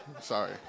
Sorry